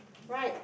right